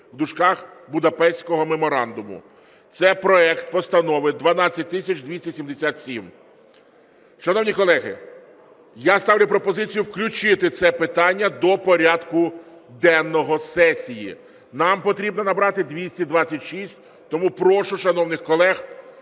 зброї (Будапештського меморандуму). Це проект Постанови 12277. Шановні колеги, я ставлю пропозицію включити це питання до порядку денного сесії. Нам потрібно набрати 226. Тому прошу шановних колег